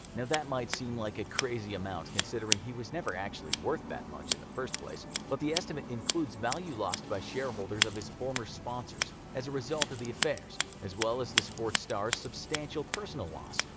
that might seem like a crazy amount considering he was never actually worth that much in the first place, but the estimate includes value lost by shareholders of his former sponsors as a result of the affairs, as well as the sports star's substantial personal loss.